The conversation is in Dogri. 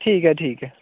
ठीक ऐ ठीक ऐ